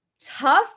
tough